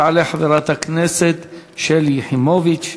תעלה חברת הכנסת שלי יחימוביץ,